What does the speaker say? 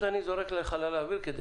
זורק לחלל האוויר.